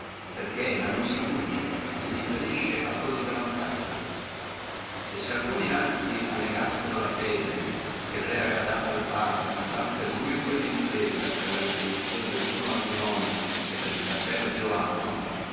perché la non si fugge ma si differisce a tuo disavvantaggio e se alcuni altri allegassino la fede che il re aveva data al papa di fare per lui quella impresa per la resoluzione del suo matrimonio e il cappello di roano